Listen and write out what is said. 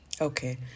Okay